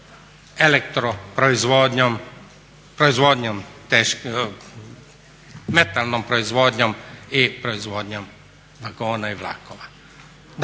elektroproizvodnjom, metalnom proizvodnjom i proizvodnjom vagona i vlakova.